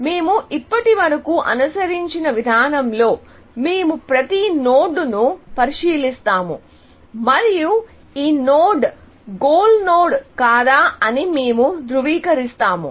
మేము ఇప్పటివరకు అనుసరించిన విధానంలో మేము ప్రతి నోడ్ను పరిశీలిస్తాము మరియు ఈ నోడ్ గోల్ నోడ్ కాదా అని మేము ధృవీకరిస్తాము